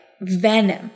venom